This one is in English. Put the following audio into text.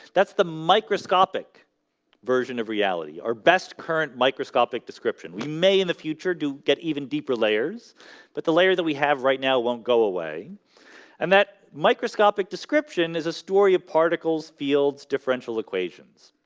that's the microscopic version of reality our best current microscopic description we may in the future do get even deeper layers but the layer that we have right now won't go away and that microscopic description is a story of particles fields differential equations